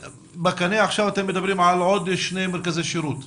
בקנה עכשיו אתם מדברים על עוד שני מרכזי שירות.